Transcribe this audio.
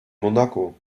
monaco